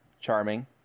charming